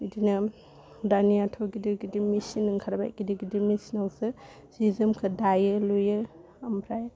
बिदिनो दानियाथ' गिदिर गिदिर मिचिन ओंखारबाय गिदिर गिदिर मिचिनावसो जि जोमखो दायो लुयो आमफ्राय